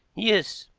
yes.